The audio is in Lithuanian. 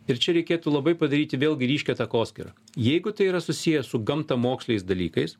ir čia reikėtų labai padaryti vėlgi ryškią takoskyrą jeigu tai yra susiję su gamtamoksliais dalykais